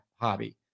hobby